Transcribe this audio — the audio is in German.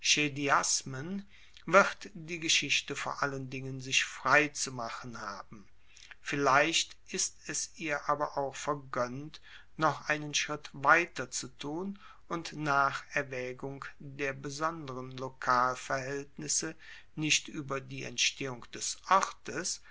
wird die geschichte vor allen dingen sich frei zu machen haben vielleicht ist es ihr aber auch vergoennt noch einen schritt weiter zu tun und nach erwaegung der besonderen lokalverhaeltnisse nicht ueber die entstehung des ortes